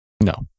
No